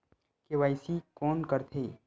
KYC कोन करथे?